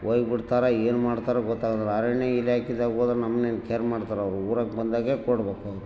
ಹೋಗ್ಬಿಡ್ತರ ಏನು ಮಾಡ್ತಾರೋ ಗೊತ್ತಾಗೋದಿಲ್ಲ ಅರಣ್ಯ ಇಲಾಖೆದಾಗ್ ಹೋದ್ರೆ ನಮ್ನೆನು ಕೇರ್ ಮಾಡ್ತಾರ ಅವ್ರು ಊರಾಗೆ ಬಂದಾಗೇ ಕೊಡ್ಬೇಕು